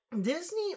Disney